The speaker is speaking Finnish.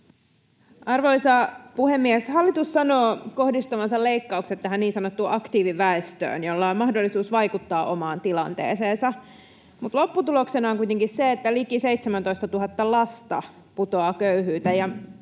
Arvoisa puhemies! Hallitus sanoo kohdistavansa leikkaukset tähän niin sanottuun aktiiviväestöön, jolla on mahdollisuus vaikuttaa omaan tilanteeseensa. Lopputuloksena on kuitenkin se, että liki 17 000 lasta putoaa köyhyyteen,